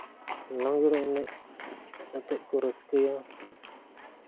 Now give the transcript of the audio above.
ᱞᱟᱜᱽᱲᱮ ᱮᱱᱮᱡ ᱠᱟᱛᱮᱫ ᱠᱚ ᱨᱟᱹᱥᱠᱟᱹᱭᱟ